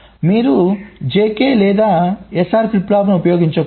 మీరు JK లేదా SR flip ఫ్లాప్లను ఉపయోగించకూడదు